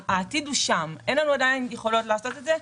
העתיד הוא שם אבל אין לנו עדיין יכולות לעשות את זה.